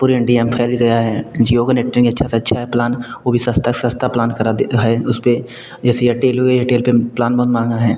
पूरे इंडिया में फ़ैल गया है जियो का नेटवर्किंग अच्छा से अच्छा है प्लान वो भी सस्ता से सस्ता प्लान करा दे है उसपे जैसे एयरटेल हुए एयरटेल पे प्लान बहुत महंगा है